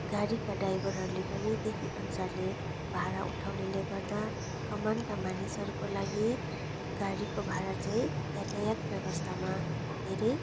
गाडीका ड्राइभरहरूले पनि त्यही अनुसारले भाडा उठाउनाले गर्दा कमानका मानिसहरूको लागि गाडीको भाडा चाहिँ यातायात व्यवस्थामा धेरै